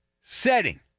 setting